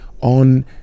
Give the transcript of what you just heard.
on